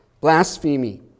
blasphemy